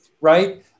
right